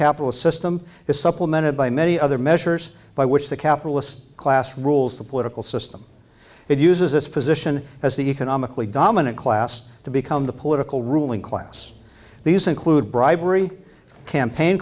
capital system is supplemented by many other measures by which the capitalist class rules the political system it uses its position as the economically dominant class to become the political ruling class these include bribery campaign